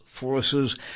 Forces